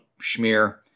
schmear